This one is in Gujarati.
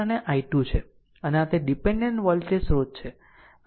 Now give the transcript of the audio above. અને i1 અને i2 છે અને આ તે ડીપેન્ડેન્ટ વોલ્ટેજ સ્રોત છે